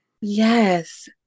Yes